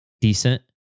decent